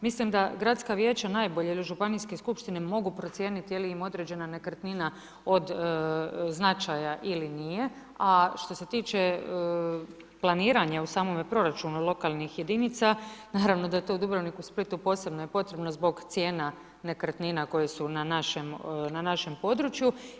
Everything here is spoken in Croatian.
Mislim da gradska vijeća najbolje ili županijske skupštine mogu procijeniti je li im određena nekretnina od značaja ili nije, a što se tiče planiranja u samome proračunu lokalnih jedinica, naravno da je to Dubrovniku, Splitu posebno potrebno zbog cijena nekretnina koje su na našem području.